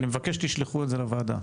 אני מבקש שתשלחו זאת לוועדה.